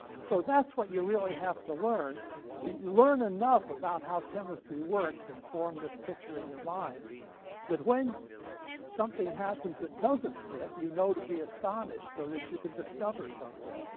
so that's what you really have to learn learn enough about how chemistry works and form this picture in your mind that when something happens that doesn't fit, you know to be astonished so that you can discover something.